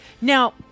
Now